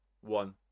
one